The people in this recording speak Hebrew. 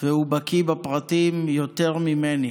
והוא בקי בפרטים יותר ממני.